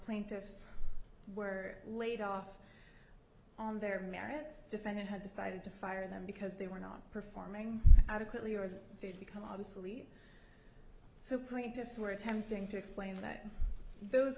plaintiffs were laid off on their merits defendant had decided to fire them because they were not performing adequately or they become obsolete so point tips were attempting to explain that those